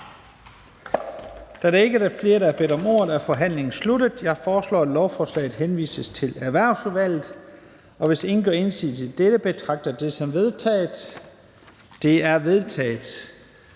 Da der ikke er flere, der har bedt om ordet, er forhandlingen sluttet. Jeg foreslår, at lovforslaget henvises til Erhvervsudvalget. Hvis ingen gør indsigelse mod dette, betragter jeg det som vedtaget. Det er vedtaget.